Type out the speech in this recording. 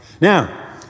Now